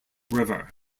river